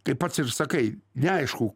kaip pats ir sakai neaišku